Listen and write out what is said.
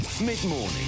Mid-morning